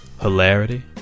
hilarity